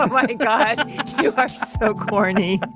like my god, you are so corny!